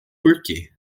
porque